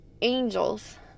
angels